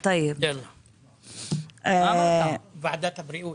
אני אומרת את זה